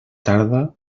tarda